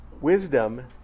Wisdom